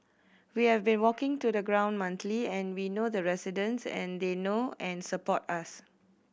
we have been walking to the ground monthly and we know the residents and they know and support us